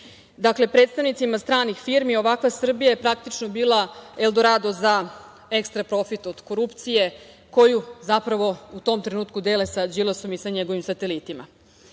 predstavnicima stranih firmi ovakva Srbija je praktično bila eldorado za ekstra profit od korupcije koju zapravo u tom trenutku dele sa Đilasom i njegovim satelitima. Da